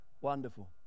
Wonderful